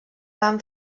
van